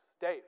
Dave